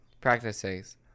practices